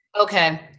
Okay